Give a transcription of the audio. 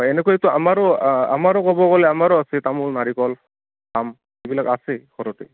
হয় এনেকুৱা এইটো আমাৰো আমাৰো ক'ব গ'লে আমাৰো আছে তামোল নাৰিকল আাম এইবিলাক আছে ঘৰতে